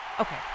Okay